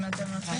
הוועדה